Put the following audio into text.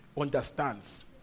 understands